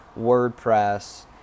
WordPress